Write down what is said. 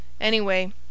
Anyway